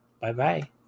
Bye-bye